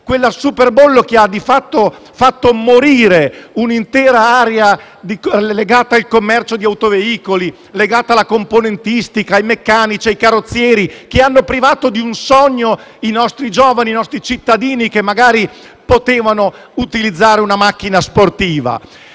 sulle autovetture, che di fatto ha comportato la morte di un'intera area legata al commercio di autoveicoli, alla componentistica, ai meccanici, ai carrozzieri; che ha privato di un sogno i nostri giovani, i nostri cittadini che magari potevano utilizzare una macchina sportiva.